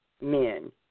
men